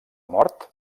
mort